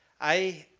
i